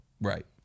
Right